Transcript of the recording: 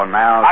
now